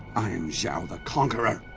i am zhao the conqueror.